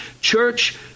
church